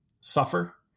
suffer